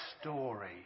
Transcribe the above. story